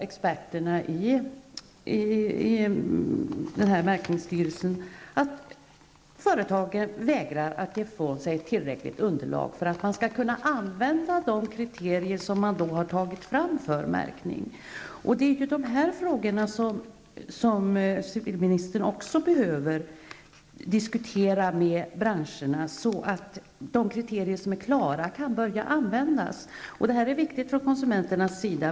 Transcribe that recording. Experterna i miljömärkningsstyrelsen klagade över att företag vägrar att ge ifrån sig tillräckligt underlag för att man skall kunna använda de kriterier för märkning som man har tagit fram. Dessa frågor behöver civilministern också diskutera med branscherna, så att de kriterier som är klara kan börja användas. Det här är viktigt för konsumenterna.